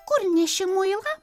kur neši muilą